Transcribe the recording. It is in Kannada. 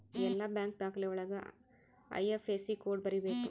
ಎಲ್ಲ ಬ್ಯಾಂಕ್ ದಾಖಲೆ ಒಳಗ ಐ.ಐಫ್.ಎಸ್.ಸಿ ಕೋಡ್ ಬರೀಬೇಕು